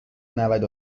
نود